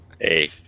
Hey